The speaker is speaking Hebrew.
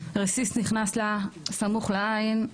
רסיס נכנס לה סמוך לעין.